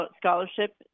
scholarship